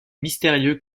mystérieux